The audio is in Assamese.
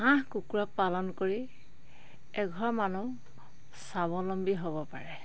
হাঁহ কুকুৰা পালন কৰি এঘৰ মানুহ স্বাৱলম্বী হ'ব পাৰে